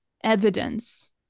evidence